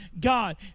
God